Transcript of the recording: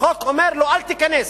החוק אומר לו: אל תיכנס.